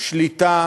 שליטה